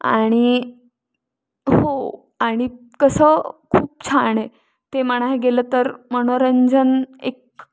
आणि हो आणि कसं खूप छान आहे ते म्हणाय गेलं तर मनोरंजन एक